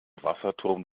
wasserturm